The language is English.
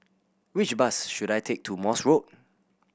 which bus should I take to Morse Road